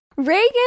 Reagan